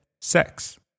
sex